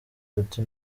ati